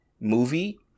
movie